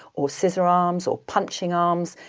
or scissor arms or punching arms,